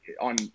on